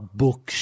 book